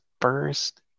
first